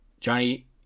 Johnny